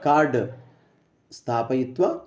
card स्थापयित्वा